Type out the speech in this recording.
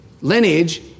lineage